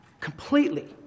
completely